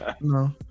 no